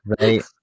right